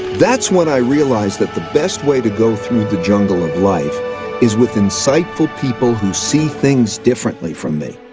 that's when i realized that the best way to go through the jungle of life is with insightful people who see things differently from me.